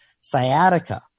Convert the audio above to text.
sciatica